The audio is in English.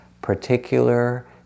particular